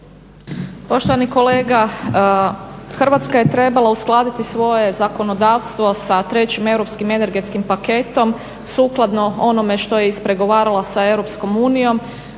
Poštovani kolega, Hrvatska je trebala uskladiti svoje zakonodavstvo sa trećim europskim energetskim paketom sukladno onome što je ispregovarala sa Europskom unijom